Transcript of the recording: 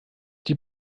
die